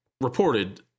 reported